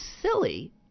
silly